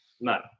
No